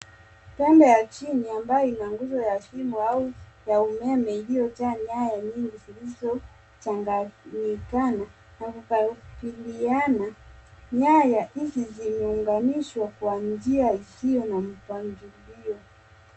Pande ya chini ambayo ina nguzo ya simu au ya umeme iliyojaa nyaya nyingi zilizochanganyikana na kukabiliana. Nyaya hizi zimeunganishwa kwa njia isiyo na mpangilio.